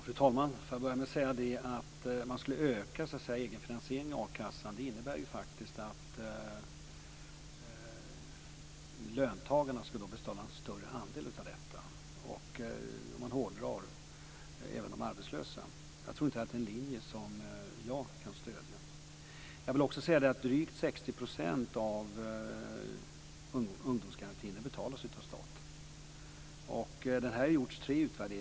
Fru talman! Får jag börja med att säga att en ökning av egenfinansieringen i a-kassan innebär att löntagarna och, om man hårdrar det, även de arbetslösa ska betala en större andel. Jag tror inte att det är en linje som jag kan stödja. Jag vill också säga att drygt 60 % av ungdomsgarantin betalas av staten. Det har gjorts tre utvärderingar.